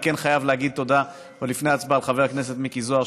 אני כן חייב להגיד תודה עוד לפני ההצבעה לחבר הכנסת מיקי זוהר,